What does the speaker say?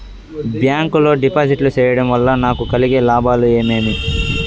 Bank లో డిపాజిట్లు సేయడం వల్ల నాకు కలిగే లాభాలు ఏమేమి?